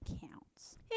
counts